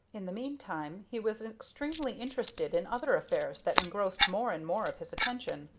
in the meantime he was extremely interested in other affairs that engrossed more and more of his attention.